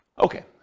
okay